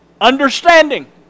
understanding